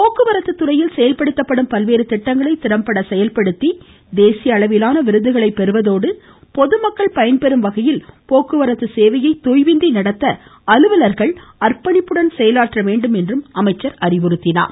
போக்குவரத்து துறையில் செயல்படுத்தப்படும் பல்வேறு திட்டங்களை திறம்பட செயல்படுத்தி தேசிய அளவிலான விருதுகளை பெறுவதோடு பொதுமக்கள் பயன்பெறும் வகையில் போக்குவரத்து சேவையை தொய்வின்றி நடத்த அலுவலர்கள் அர்ப்பணிப்புடன் செயலாற்ற வேண்டும் என்றும் அமைச்சர் கேட்டுக்கொண்டார்